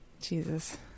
Jesus